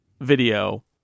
video